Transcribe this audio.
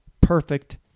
perfect